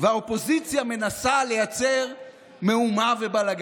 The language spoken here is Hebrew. חבר הכנסת מלביצקי.